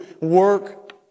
work